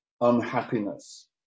unhappiness